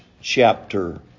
chapter